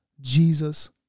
Jesus